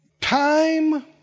time